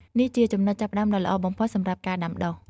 នេះជាចំណុចចាប់ផ្ដើមដ៏ល្អបំផុតសម្រាប់ការដាំដុះ។